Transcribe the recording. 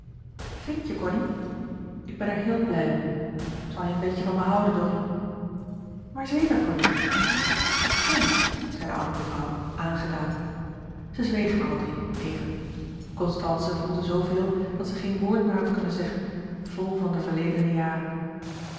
vindt je cony ik ben er heel blij om zal je een beetje van me houden dorine maar zeker cony kind zei de oude mevrouw aangedaan zij zwegen alle drie even constance voelde zooveel dat zij geen woord meer had kunnen zeggen vol van de verledene jaren